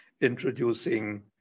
introducing